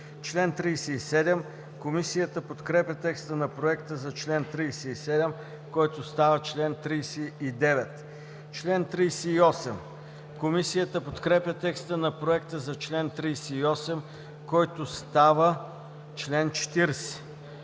шеста. Комисията подкрепя текста на проекта за чл. 37, който става чл. 39. Комисията подкрепя текста на проекта за чл. 38, който става чл. 40.